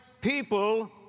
people